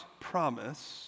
promise